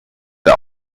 der